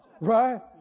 Right